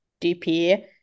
DP